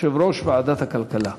יושב-ראש ועדת הכלכלה: